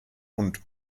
und